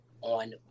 on